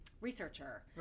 researcher